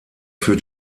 für